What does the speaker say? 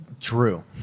True